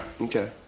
Okay